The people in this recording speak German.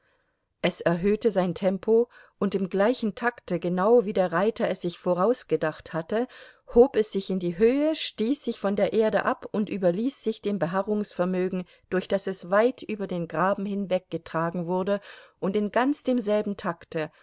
es erhöhte sein tempo und im gleichen takte genau wie der reiter es sich vorausgedacht hatte hob es sich in die höhe stieß sich von der erde ab und überließ sich dem beharrungsvermögen durch das es weit über den graben hinweggetragen wurde und in ganz demselben takte